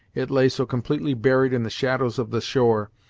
it lay so completely buried in the shadows of the shore,